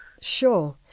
Sure